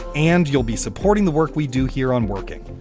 and you'll be supporting the work we do here on working.